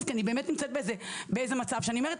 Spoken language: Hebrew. כי אני באמת נמצאת באיזה מצב שבו אני אומרת,